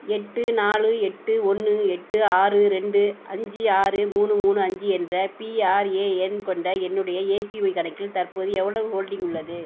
எட்டு நாலு எட்டு ஒன்று எட்டு ஆறு ரெண்டு அஞ்சு ஆறு மூணு மூணு அஞ்சு என்ற பிஆர்ஏஎன் கொண்ட என்னுடைய ஏபிஒய் கணக்கில் தற்போது எவ்வளவு ஹோல்டிங் உள்ளது